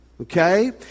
okay